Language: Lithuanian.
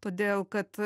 todėl kad